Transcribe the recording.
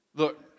Look